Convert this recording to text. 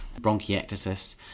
bronchiectasis